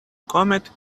comet